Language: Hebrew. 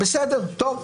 בסדר, טוב.